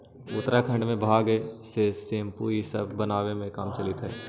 उत्तराखण्ड में भाँग से सेम्पू इ सब बनावे के काम चलित हई